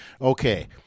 Okay